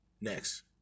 Next